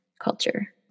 culture